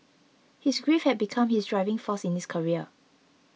his grief had become his driving force in his career